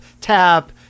tap